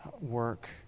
work